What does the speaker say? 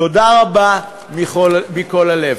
תודה רבה מכל הלב.